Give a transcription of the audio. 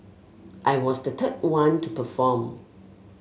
I was the third one to perform